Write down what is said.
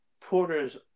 Porter's